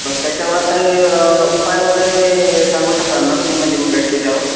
बरं त्याच्यावर काही उपाय वगैरे सांगू शकाल ना तुम्ही म्हणजे भेट दिल्यावर